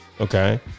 Okay